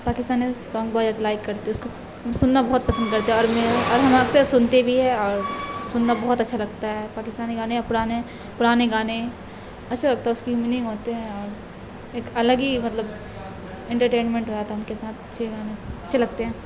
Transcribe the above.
Pakistani song بہت زیادہ like کرتے اس کو سننا بہت پسند کرتے ہیں اور میرا اور ہم آپ سے سنتے بھی ہے اور سننا بہت اچھا لگتا ہے پاکستانی گانے پرانے پرانے گانے اچھا لگتا ہے اس کی میننگ ہوتے ہیں اور ایک الگ ہی مطلب انٹرٹینمنٹ ہو جاتا ان کے ساتھ اچھے گانے اچھے لگتے ہیں